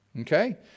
Okay